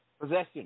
possession